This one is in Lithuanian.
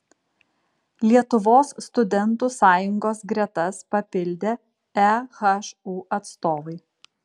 lietuvos studentų sąjungos gretas papildė ehu atstovai